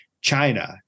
China